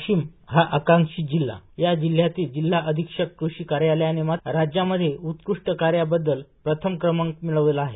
वाशिम हा आकांक्षीत जिल्हा या जिल्ह्यातील जिल्हा अधिक्षक कृषी कार्यालयाने राज्यामध्ये उत्कृष्ठ कार्याबददल प्रथम क्रमांक मिळवला आहे